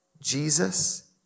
Jesus